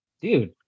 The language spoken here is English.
dude